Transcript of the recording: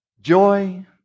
joy